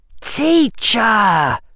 Teacher